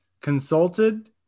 consulted